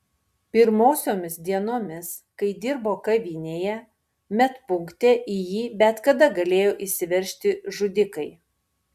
pirmosiomis dienomis kai dirbo kavinėje medpunkte į jį bet kada galėjo įsiveržti žudikai